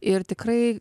ir tikrai